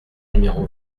numéro